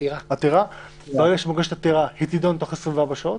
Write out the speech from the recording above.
שסוגי העתירות הללו הן עתירות דחופות ביותר,